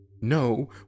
No